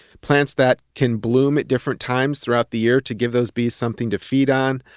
plants that can bloom at different times throughout the year to give those bees something to feed on.